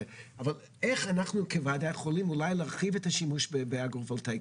איך אנחנו כוועדה יכולים אולי להרחיב את השימוש באגרו-וולטאי?